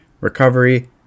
recovery